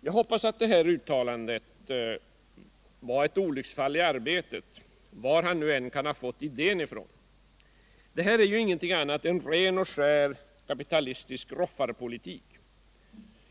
Jag hoppas att detta uttalande var ett olycksfall i urbetet, varifrån han nu än kan ha fått idén. Detta är ju inget annat än ren och skär kapitalistisk roffarpolitik.